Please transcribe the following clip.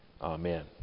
Amen